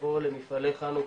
לבוא למפעלי חנוכה,